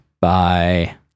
Bye